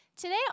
Today